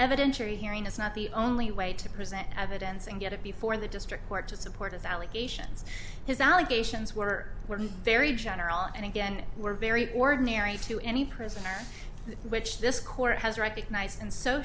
evidentiary hearing is not the only way to present evidence and get it before the district court to support his allegations his allegations were were very general and again were very ordinary to any person which this court has recognize